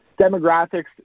demographics